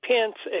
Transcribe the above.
Pence